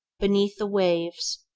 beneath the waves,